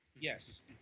Yes